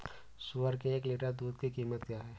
सुअर के एक लीटर दूध की कीमत क्या है?